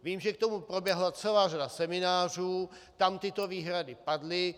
Vím, že k tomu proběhla celá řada seminářů, tam tyto výhrady padly.